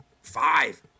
Five